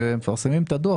כשמפרסמים את הדוח,